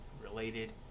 related